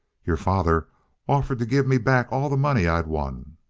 your father offered to give me back all the money i'd won.